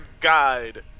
guide